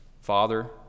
Father